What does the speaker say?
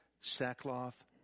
sackcloth